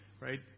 right